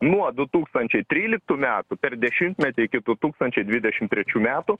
nuo du tūkstančiai tryliktų metų per dešimtmetį iki du tūkstančiai dvidešim trečių metų